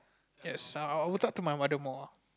yes I'll talk to my mother more